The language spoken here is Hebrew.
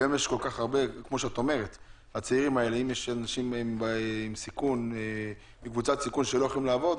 יש צעירים שהם בקבוצת סיכון והם לא יכולים לעבוד,